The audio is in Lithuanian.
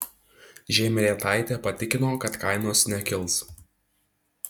žemrietaitė patikino kad kainos nekils